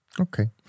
Okay